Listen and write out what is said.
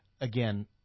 Again